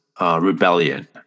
rebellion